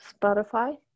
Spotify